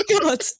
god